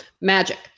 Magic